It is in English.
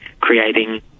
creating